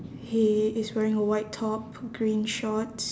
he is wearing a white top green shorts